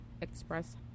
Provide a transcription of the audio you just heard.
express